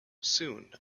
soon